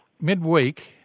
Midweek